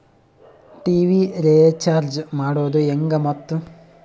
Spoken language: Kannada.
ಟಿ.ವಿ ರೇಚಾರ್ಜ್ ಮಾಡೋದು ಹೆಂಗ ಮತ್ತು?